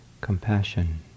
compassion